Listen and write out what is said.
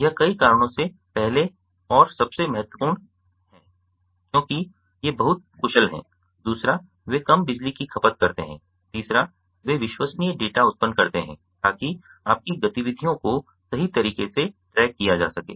यह कई कारणों से पहले और सबसे महत्वपूर्ण है क्योंकि वे बहुत कुशल हैं दूसरा वे कम बिजली की खपत करते हैं तीसरा वे विश्वसनीय डेटा उत्पन्न करते हैं ताकि आपकी गतिविधियों को सही तरीके से ट्रैक किया जा सके